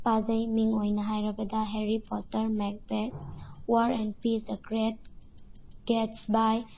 ꯄꯥꯖꯩ ꯃꯤꯡ ꯑꯣꯏꯅ ꯍꯥꯏꯔꯕꯗ Harry Potter Macbeth war and peace the great ꯒꯦꯠꯁꯕꯥꯏ